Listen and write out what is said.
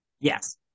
Yes